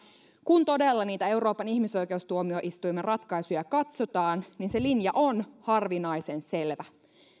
kun todella niitä euroopan ihmisoikeustuomioistuimen ratkaisuja katsotaan niin se linja on harvinaisen selvä